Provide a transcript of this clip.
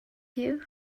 you